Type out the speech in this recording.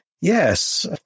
Yes